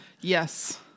Yes